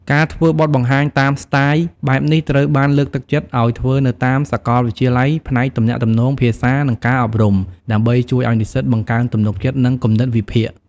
ការធ្វើបទបង្ហាញតាមស្ទាយបែបនេះត្រូវបានលើកទឹកចិត្តឱ្យធ្វើនៅតាមសកលវិទ្យាល័យផ្នែកទំនាក់ទំនង ភាសា និងការអប់រំ ដើម្បីជួយឱ្យនិស្សិតបង្កើនទំនុកចិត្ត និងគំនិតវិភាគ។